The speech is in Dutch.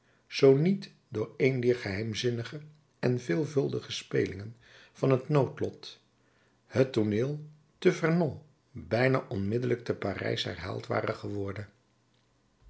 zoo niet door een dier geheimzinnige en veelvuldige spelingen van het noodlot het tooneel te vernon bijna onmiddellijk te parijs herhaald ware geworden